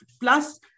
plus